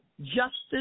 Justice